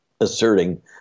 asserting